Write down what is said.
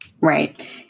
Right